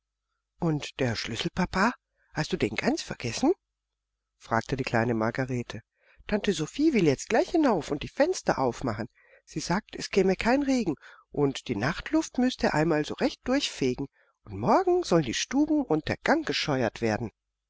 und der schlüssel papa hast du den ganz vergessen fragte die kleine margarete tante sophie will jetzt gleich hinauf und die fenster aufmachen sie sagt es käme kein regen und die nachtluft müßte einmal so recht durchfegen und morgen sollen die stuben und der gang gescheuert werden